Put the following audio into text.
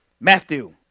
Matthew